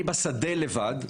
אני בשדה לבד,